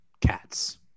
cats